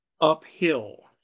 uphill